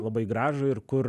labai gražų ir kur